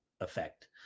effect